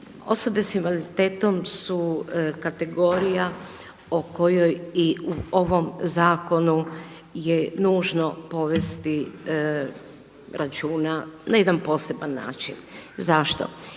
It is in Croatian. Osobe sa invaliditetom su kategorija u kojoj i u ovom zakonu je nužno povesti računa na jedan poseban način. Zašto?